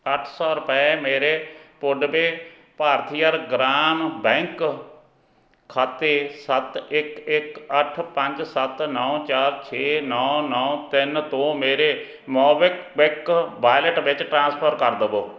ਅੱਠ ਸੌ ਰੁਪਏ ਮੇਰੇ ਪੁਡਵੈ ਭਾਰਥਿਅਰ ਗ੍ਰਾਮ ਬੈਂਕ ਖਾਤੇ ਸੱਤ ਇੱਕ ਇੱਕ ਅੱਠ ਪੰਜ ਸੱਤ ਨੌਂ ਚਾਰ ਛੇ ਨੌਂ ਨੌਂ ਤਿੰਨ ਤੋਂ ਮੇਰੇ ਮੋਬੀਕਵਿਕ ਵਾਲਿਟ ਵਿੱਚ ਟ੍ਰਾਂਸਫਰ ਕਰ ਦੇਵੋ